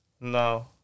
No